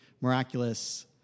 miraculous